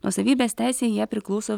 nuosavybės teise į ją priklauso